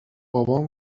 بابام